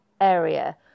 area